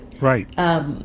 right